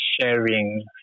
sharing